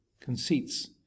conceits